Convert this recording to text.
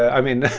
i mean,